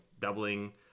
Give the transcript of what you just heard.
doubling